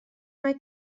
mae